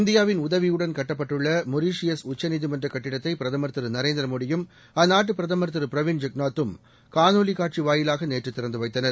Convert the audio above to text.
இந்தியாவின் உதவியுடன் கட்டப்பட்டுள்ளமொரீசியஸ் உச்சநீதிமன்றகட்டிடத்தைபிரதமர் திரு நரேந்திரமோடியும் அந்நாட்டுபிரதமர் பிரவீன் ஐஐகந்நாத் தம் திரு காணொலிகாட்சிவாயிலாகநேற்றுதிறந்துவைத்தனர்